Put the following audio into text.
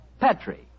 Petri